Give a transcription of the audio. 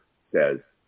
says